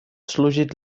служить